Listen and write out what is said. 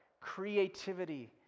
creativity